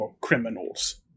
criminals